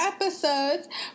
episodes